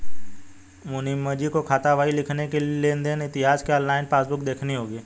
मुनीमजी को खातावाही लिखने के लिए लेन देन इतिहास के लिए ऑनलाइन पासबुक देखनी होगी